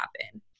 happen